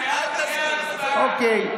אוקיי.